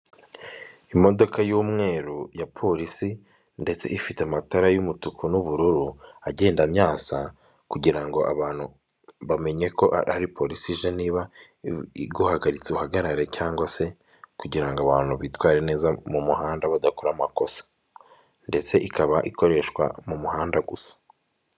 Imodoka y'umweru ya polisi ndetse ifite amatara y'umutuku n'ubururu agenda amyasa kugira ngo ngo abantu bamenye ko ari polisi ije, niba iguhagaritse uhagarare cyangwa se kugira ngo ngo abantu bitware neza mu muhanda badakora amakosa ndetse ikaba ikoreshwa mu muhanda gusa.